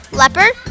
leopard